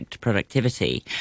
productivity